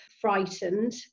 frightened